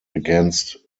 against